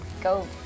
go